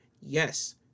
yes